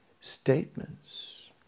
statements